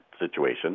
situation